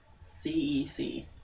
C-E-C